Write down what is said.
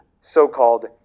so-called